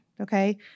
okay